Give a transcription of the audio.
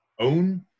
own